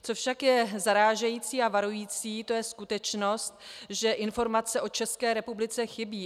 Co však je zarážející a varující, to je skutečnost, že informace o České republice chybí.